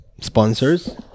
sponsors